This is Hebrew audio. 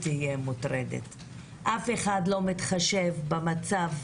אף אחד לא מתחשב במצב,